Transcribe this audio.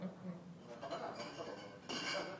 אנעל את